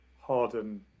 Harden